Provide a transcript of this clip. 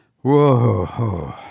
Whoa